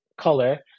color